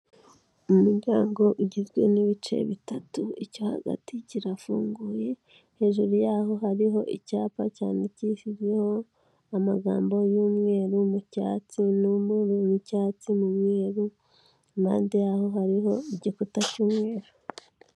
Umuryango ugizwe n'ibice bitatu, icyo hagati kirafunguye, hejuru yaho hariho icyapa cyandikishijeho amagambo y'umweru n'icyatsi, n'umweru, n'icyatsi, n'umweru, impande yaho hariho igikuta cy'umweru.